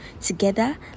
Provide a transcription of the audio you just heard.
Together